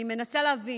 אני מנסה להבין.